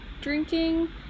drinking